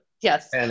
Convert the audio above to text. Yes